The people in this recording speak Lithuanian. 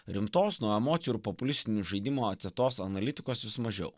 rimtos nuo emocijų ir populistinių žaidimų atsietos analitikos vis mažiau